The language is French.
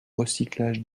recyclage